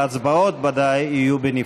ההצבעות, ודאי, יהיו בנפרד.